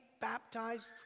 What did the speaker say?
baptized